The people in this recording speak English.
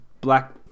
black